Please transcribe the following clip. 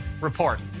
report